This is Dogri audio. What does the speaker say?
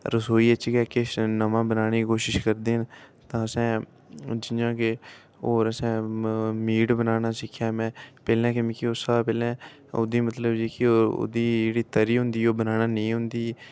रसोई ऐ च किश नमां बनाने दी कोशश करदे ने तां असें जि'यां के होर असें म मीट बनाना सिक्खेआ में पैह्ले कि मिकी उस शा पैह्लें ओह्दी मतलब जेह्की ओह् ओह्दी जेह्ड़ी तरी होंदी ओह् बनाना नेईं औंदी ही